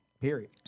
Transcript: Period